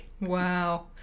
Wow